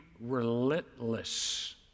relentless